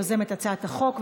יוזמת הצעת החוק.